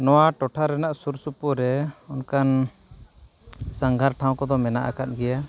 ᱱᱚᱣᱟ ᱴᱚᱴᱷᱟ ᱨᱮᱱᱟᱜ ᱥᱩᱨ ᱥᱩᱯᱩᱨ ᱨᱮ ᱚᱱᱠᱟᱱ ᱥᱟᱸᱜᱷᱟᱨ ᱴᱷᱟᱶ ᱠᱚᱫᱚ ᱢᱮᱱᱟᱜ ᱟᱠᱟᱫ ᱜᱮᱭᱟ